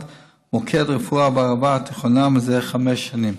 מוקד רפואה בערבה התיכונה זה כחמש שנים.